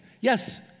Yes